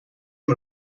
een